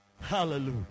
hallelujah